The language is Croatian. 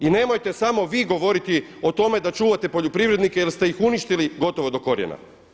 I nemojte samo vi govoriti o tome da čuvate poljoprivrednike jer ste ih uništili gotovo do korijena.